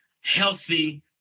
healthy